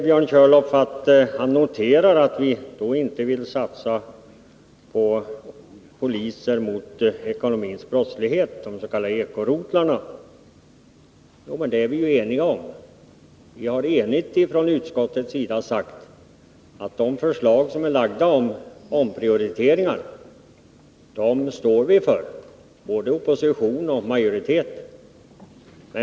Björn Körlof säger att vi inte vill satsa ytterligare på bekämpandet av ekonomisk brottslighet, alltså på de ekonomiska rotlarna. Men både oppositionen och utskottsmajoriteten är ju överens om att de förslag som är lagda om omprioriteringar ligger fast.